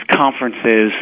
conferences